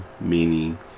meaning